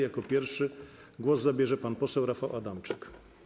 Jako pierwszy głos zabierze pan poseł Rafał Adamczyk.